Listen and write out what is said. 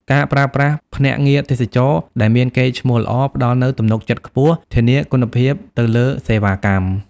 ការប្រើប្រាស់ភ្នាក់ងារទេសចរណ៍ដែលមានកេរ្តិ៍ឈ្មោះល្អ ផ្តល់នូវទំនុកចិត្តខ្ពស់ ធានាគុណភាពទៅលើសេវាកម្ម។